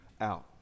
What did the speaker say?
out